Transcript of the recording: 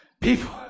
People